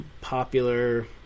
popular